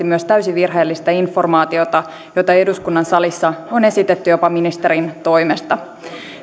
myös täysin virheellistä informaatiota jota eduskunnan salissa on esitetty jopa ministerin toimesta